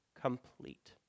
complete